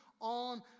on